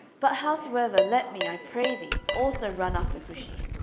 but howsoever, let me, i pray thee, also run after cushi.